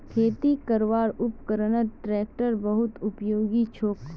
खेती करवार उपकरनत ट्रेक्टर बहुत उपयोगी छोक